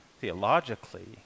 theologically